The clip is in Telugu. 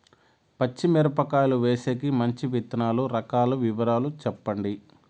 పచ్చి మిరపకాయలు వేసేకి మంచి విత్తనాలు రకాల వివరాలు చెప్పండి?